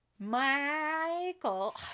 Michael